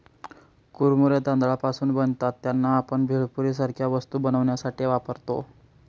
कुरमुरे तांदळापासून बनतात त्यांना, आपण भेळपुरी सारख्या वस्तू बनवण्यासाठी वापरतो